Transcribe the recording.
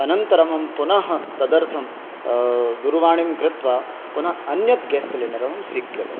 अनन्तरम् अहं पुनः तदर्थं दूरवाणीं कृत्वा पुनः अन्यत् गेस् सिलेण्डरं स्वीकृतवान्